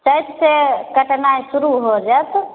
चैत सँ कटनाइ शुरू हो जायत